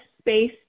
space